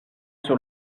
sur